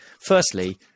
firstly